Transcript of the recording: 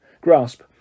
grasp